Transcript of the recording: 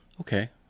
okay